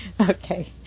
okay